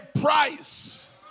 price